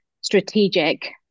strategic